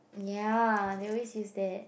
ya they always use that